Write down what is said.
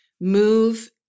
move